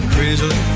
Crazy